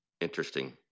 interesting